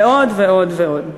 ועוד ועוד ועוד.